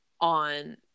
on